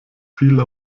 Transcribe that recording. viele